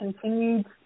continued